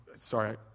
sorry